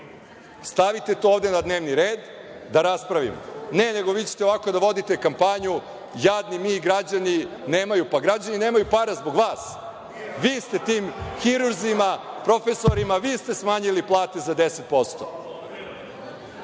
Stavite to ovde na dnevni red, da raspravimo. Ne, nego vi ćete ovako da vodite kampanju – jadni mi, građani nemaju. Pa, građani nemaju para zbog vas. Vi ste tim hirurzima, profesorima, vi ste smanjili plate za